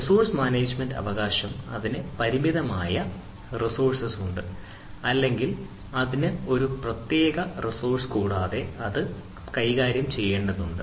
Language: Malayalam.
റിസോഴ്സ് മാനേജ്മെന്റ് അവകാശം അതിന് പരിമിതമായ റിസോഴ്സ് ഉണ്ട് അല്ലെങ്കിൽ അതിന് ഒരു പ്രത്യേക റിസോഴ്സ് ഉണ്ട് കൂടാതെ അത് കൈകാര്യം ചെയ്യേണ്ടതുണ്ട്